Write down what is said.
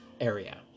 area